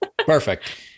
Perfect